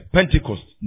Pentecost